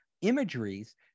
imageries